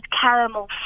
caramel